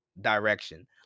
direction